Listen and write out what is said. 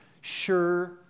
Sure